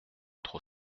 trop